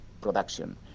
production